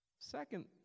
Second